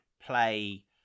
play